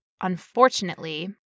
unfortunately